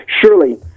Surely